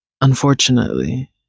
unfortunately